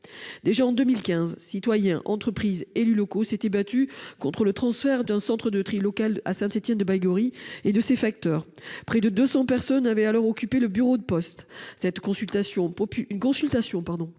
Déjà, en 2015, citoyens, entreprises et élus s'étaient battus contre le transfert du centre de tri local de Saint-Étienne-de-Baïgorry et de ses facteurs. Près de 200 personnes avaient alors occupé le bureau de poste.